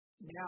Now